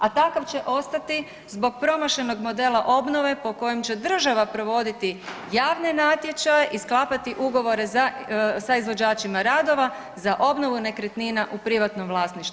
A takav će ostati zbog promašenog modela obnove po kojem će država provoditi javne natječaje i sklapati ugovore sa izvođačima radova za obnovu nekretnina u privatnom vlasništvu.